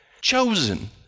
Chosen